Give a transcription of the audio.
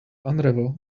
unravel